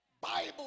Bible